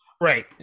right